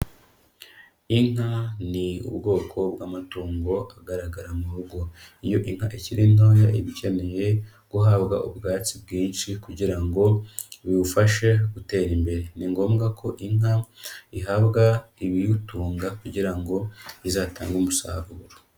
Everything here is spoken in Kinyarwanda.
Inka ni ubwoko bw'amatungo agaragara mu rugo, iyo inka ikiri ntoya iba ikeneye guhabwa ubwatsi bwinshi kugira ngo biyifashe gutera imbere, ni ngombwa ko inka ihabwa ibiyitunga kugira ngo izatange umusaruro.